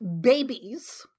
babies